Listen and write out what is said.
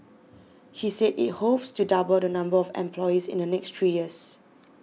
he said it hopes to double the number of employees in the next three years